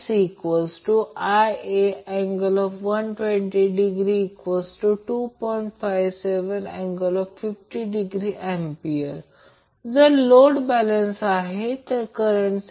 तर अशाप्रकारे balanced three phase सिस्टममध्ये एकूण इन्स्टंटेनियस पॉवर स्थिर असते याचा अर्थ तो टाईम इनवॅरीयंट आहे ते टाईमचे फंक्शन नाही